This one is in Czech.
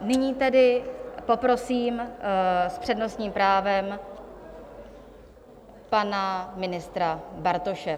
Nyní tedy poprosím s přednostním právem pana ministra Bartoše.